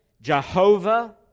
Jehovah